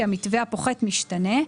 כי המתווה הפוחת משתנה.